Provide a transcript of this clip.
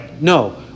No